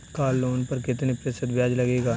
Car loan पर कितने प्रतिशत ब्याज लगेगा?